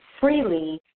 freely